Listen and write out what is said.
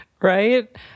Right